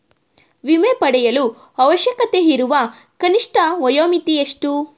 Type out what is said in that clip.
ವಿಮೆ ಪಡೆಯಲು ಅವಶ್ಯಕತೆಯಿರುವ ಕನಿಷ್ಠ ವಯೋಮಿತಿ ಎಷ್ಟು?